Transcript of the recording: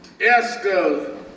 Esther